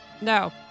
No